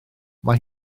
mae